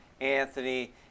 Anthony